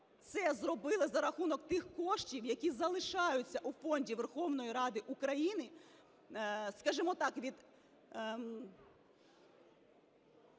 це зробили за рахунок тих коштів, які залишаються у фонді Верховної Ради України, скажімо так, того,